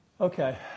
Okay